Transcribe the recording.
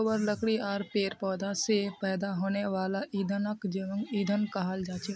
गोबर लकड़ी आर पेड़ पौधा स पैदा हने वाला ईंधनक जैव ईंधन कहाल जाछेक